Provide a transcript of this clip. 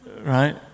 Right